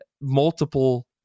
multiple